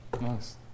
Nice